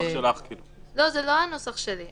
זה לא הנוסח שלי.